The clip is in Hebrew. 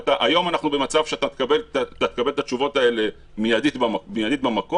והיום אנחנו במצב שאתה מקבל את התשובות האלה מיידית במקום.